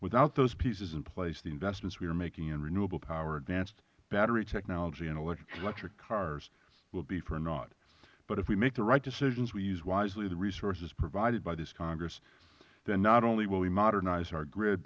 without those pieces in place the investments we are making in renewable power advanced battery technology and electric cars will be for naught but if we make the right decisions we use wisely the resources provided by this congress then not only will we modernize our gr